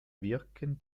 wirken